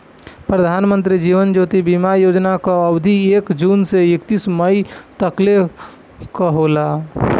प्रधानमंत्री जीवन ज्योति बीमा योजना कअ अवधि एक जून से एकतीस मई तकले कअ होला